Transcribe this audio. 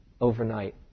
overnight